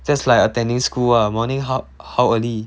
that's like attending school ah morning how how early